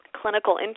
clinical